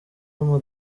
ama